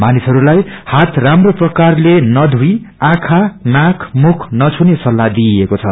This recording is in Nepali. मानिसहरूलाई हात राम्रो प्रकारले नधुई आँखा नाक मुख नछुने सल्लाह दिइएको छ